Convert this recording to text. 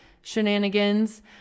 shenanigans